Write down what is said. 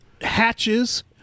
hatches